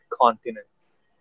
continents